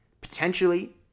potentially